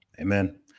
amen